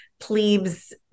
Plebes